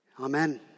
Amen